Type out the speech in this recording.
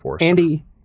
Andy